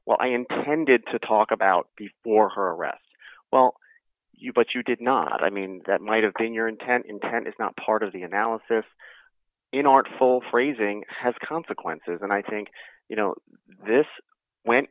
well i intended to talk about before her arrest well you but you did not i mean that might have been your intent intent is not part of the analysis in artful phrasing has consequences and i think you know this went